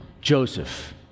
Joseph